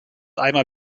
einmal